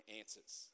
answers